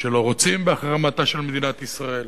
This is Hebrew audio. שלא רוצים בהחרמתה של מדינת ישראל